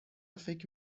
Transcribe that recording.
فکر